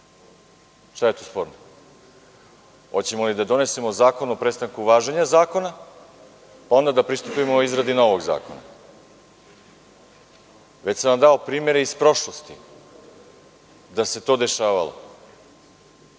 Šta je tu sporno? Hoćemo li da donesemo zakon o prestanku važenja zakona, pa da onda pristupimo izradi novog zakona? Već sam vam dao primere iz prošlosti, da se to dešavalo.